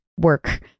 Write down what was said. work